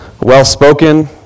well-spoken